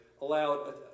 allowed